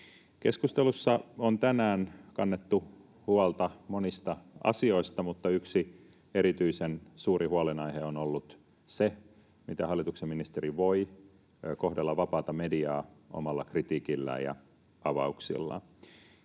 Keskustelussa on tänään kannettu huolta monista asioista, mutta yksi erityisen suuri huolenaihe on ollut se, miten hallituksen ministeri voi kohdella vapaata mediaa omalla kritiikillään ja avauksillaan.